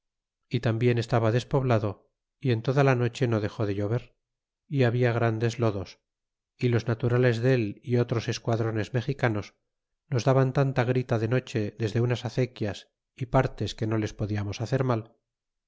y tambien estaba despoblado y en toda la noche no dex de llover y habia grandes lodos y los naturales del y otros esquadrones mexicanos nos daban tanta grita de noche desde unas acequias y partes que no les podiamos hacer mal